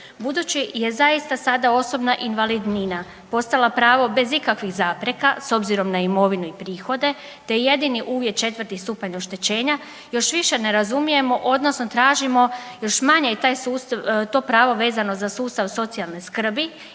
Budući je zaista sada osobna invalidnina postala pravo bez ikakvih zapreka s obzirom na imovinu i prihode te je jedini uvjet 4. stupanj oštećenja još više ne razumijemo odnosno tražimo još manje je to pravo vezano za sustav socijalne skrbi